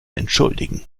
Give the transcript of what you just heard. entschuldigen